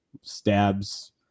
stabs